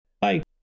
Bye